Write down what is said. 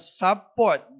support